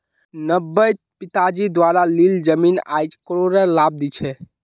नब्बेट पिताजी द्वारा लील जमीन आईज करोडेर लाभ दी छ